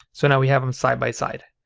so now we have them side by side.